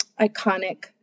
iconic